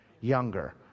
younger